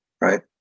right